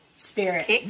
spirit